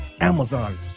Amazon